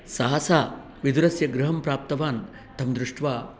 सहसा विदुरस्य गृहं प्राप्तवान् तं दृष्ट्वा